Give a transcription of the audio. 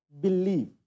believe